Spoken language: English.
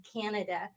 Canada